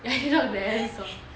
ya she talk very soft